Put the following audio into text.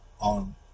on